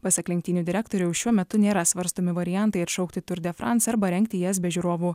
pasak lenktynių direktoriaus šiuo metu nėra svarstomi variantai atšaukti tour de france arba rengti jas be žiūrovų